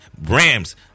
rams